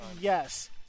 Yes